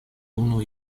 unu